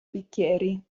bicchieri